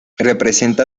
representa